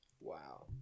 Wow